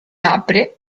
apre